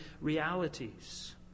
realities